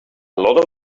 lot